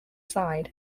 side